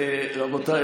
רבותיי,